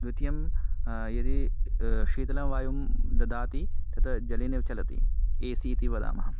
द्वितीयं यदि शीतलं वायुं ददाति तत् जलेनेव चलति ए सि इति वदामः